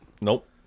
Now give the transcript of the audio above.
Nope